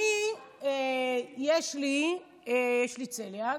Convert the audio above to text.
יש לי צליאק,